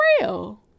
real